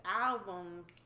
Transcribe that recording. albums